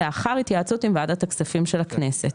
יהיה לאחר התייעצות עם ועדת הכספים של הכנסת.